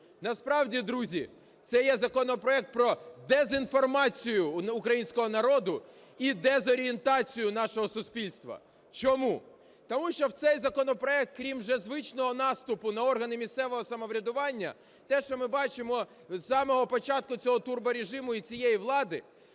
Насправді, друзі, це є законопроект про дезінформацію українського народу і дезорієнтацію нашого суспільства. Чому? Тому що в цей законопроект, крім вже звичного наступу на органи місцевого самоврядування - те, що ми бачимо з самого початку цього турборежиму і цієї влади,